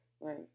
right